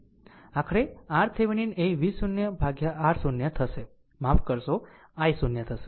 આખરે RThevenin એ V0 by R0 થશે માફ કરશો i0 થશે